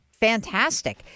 Fantastic